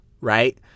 right